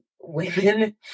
women